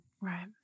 Right